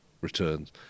returns